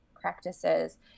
practices